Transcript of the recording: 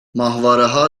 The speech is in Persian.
ماهوارهها